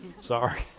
Sorry